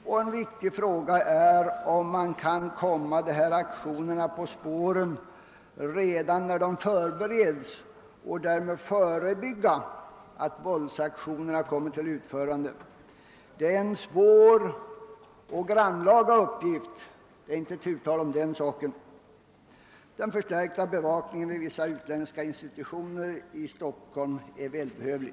Det är angeläget att man kan komma aktionerna på spåren redan när de förbereds och därmed förebygga våldsaktioner. Det är inte tu tal om att detta är en svår och grannlaga uppgift. Den förstärkta polisbevakningen vid vissa utländska institutioner i Stockholm är välbehövlig.